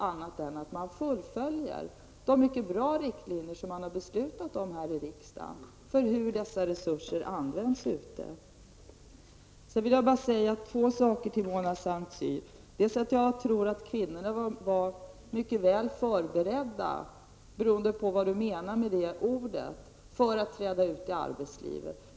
Man fullföljer de riktlinjer för hur dessa resurser används som man har beslutat om här i riksdagen mycket bra. Sedan vill jag bara säga två saker till Mona Saint Cyr. Jag tror att kvinnorna var mycket väl förberedda för att träda ut i arbetslivet. Det beror på vad man menar med det ordet.